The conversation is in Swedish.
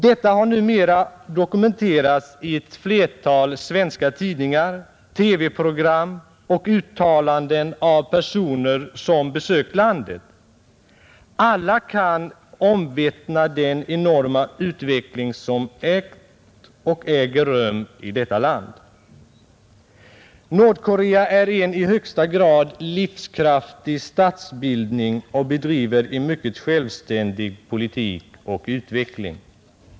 Detta har numera dokumenterats i ett flertal svenska tidningar, TV-program och uttalanden av personer som besökt landet. Alla kan omvittna den enorma utveckling som ägt och äger rum i detta land. Nordkorea är en i högsta grad livskraftig statsbildning med en mycket självständig politik och utveckling.